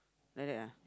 like that ah